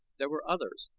there were others,